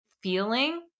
feeling